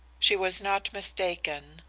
she was not mistaken.